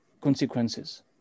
consequences